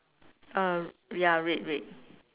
a ya red red